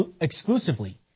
exclusively